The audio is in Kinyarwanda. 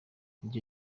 iryo